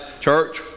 church